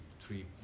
three